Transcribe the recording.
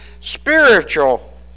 spiritual